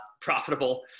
profitable